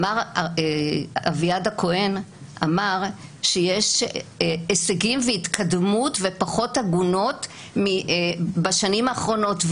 אביעד הכהן אמר שיש הישגים והתקדמות ופחות עגונות בשנים האחרונות,